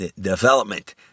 development